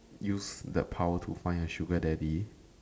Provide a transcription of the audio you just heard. use the power to find a sugar daddy